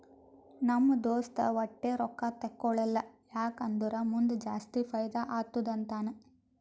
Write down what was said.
ನಮ್ ದೋಸ್ತ ವಟ್ಟೆ ರೊಕ್ಕಾ ತೇಕೊಳಲ್ಲ ಯಾಕ್ ಅಂದುರ್ ಮುಂದ್ ಜಾಸ್ತಿ ಫೈದಾ ಆತ್ತುದ ಅಂತಾನ್